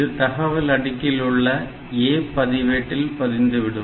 இது தகவல் அடுக்கில் உள்ள A பதிவேட்டில் பதிந்துவிடும்